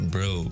Bro